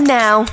now